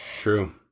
True